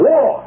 War